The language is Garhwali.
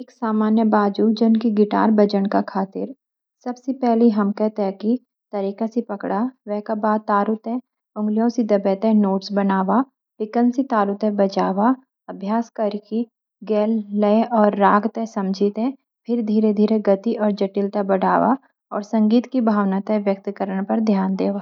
एक सामान बाजु जन की गिटार बजन का खातिर सबसे पेली हम ते शि तारिका सी पकड़ा। वेका बाद तारु ते अगलीयो सी दबे ते नोट्स बनावा। पिकिन से तारो ते बजावा। अभ्यास की गेल लय और राग ते समझ फिर धीरा धीरा गति और जटिल ते बधावा और संगीत की भावना ते व्यक्त करना पर ध्यान देवा।